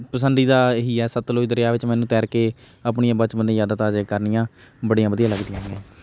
ਪਸੰਦੀਦਾ ਇਹੀ ਹੈ ਸਤਲੁਜ ਦਰਿਆ ਵਿੱਚ ਮੈਨੂੰ ਤੈਰ ਕੇ ਆਪਣੀਆਂ ਬਚਪਨ ਦੀਆਂ ਯਾਦਾਂ ਤਾਜ਼ੀਆਂ ਕਰਨੀਆਂ ਬੜੀਆਂ ਵਧੀਆ ਲੱਗਦੀਆਂ ਹੈਗੀਆਂ ਏ